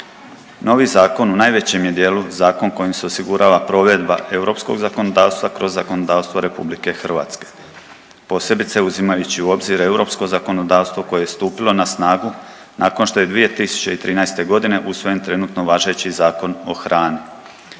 Novi zakon u najvećem je dijelu zakon kojim se osigurala provedba europskog zakonodavstva kroz zakonodavstvo RH posebice uzimajući u obzir europsko zakonodavstvo koje je stupilo na snagu nakon što je 2013. godine usvojen trenutno važeći Zakon o hrani.